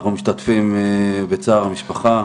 אנחנו משתתפים בצער המשפחה,